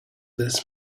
this